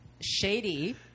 Shady